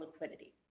liquidity